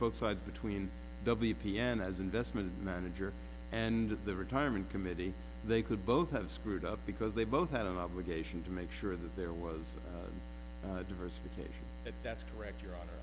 both sides between the b p end as investment manager and the retirement committee they could both have screwed up because they both had an obligation to make sure that there was diversification that's correct your hon